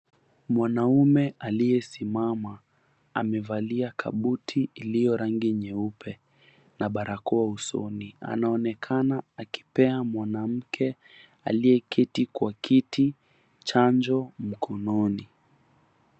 Mwanaume aliyesimama, amevalia kabuti iliyo rangi nyeupe na barakoa usoni. Anaonekana akipea mwanamke aliyeketi kwa kiti chanjo mkononi.